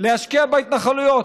להשקיע בהתנחלויות.